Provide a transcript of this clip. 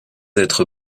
être